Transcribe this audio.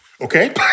Okay